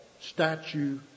statue